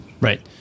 Right